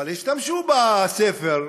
אבל השתמשו בספר,